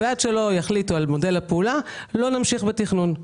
ועד שלא יחליטו על מודל הפעולה, לא ימשיכו בתכנון.